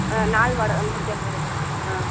ஆ நாள் வாடகை முந்நூற்றி ஐம்பது ருபா ஆ